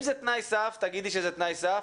אם זה תנאי סף, תגידי שזה תנאי סף.